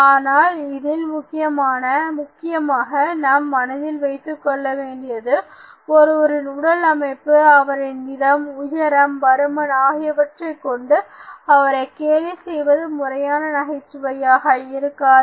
ஆனால் இதில் முக்கியமாக நம் மனதில் வைத்துக் கொள்ள வேண்டியது ஒருவரின் உடல் அமைப்பு அவரின் நிறம் உயரம் பருமன் ஆகியவற்றை கொண்டு அவரை கேலி செய்வது முறையான நகைச்சுவையாக இருக்காது